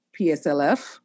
PSLF